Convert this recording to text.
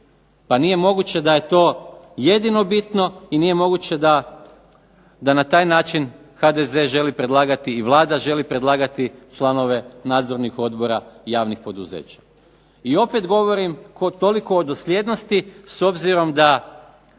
Pa nije moguće da je to jedino bitno i nije moguće da na taj način HDZ želi predlagati i vlada želi predlagati članove nadzornih odbora javnih poduzeća. I opet govorim kod toliko dosljednosti s obzirom da